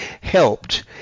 helped